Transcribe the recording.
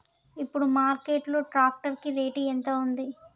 ఇప్పుడు మార్కెట్ లో ట్రాక్టర్ కి రేటు ఎంత ఉంది?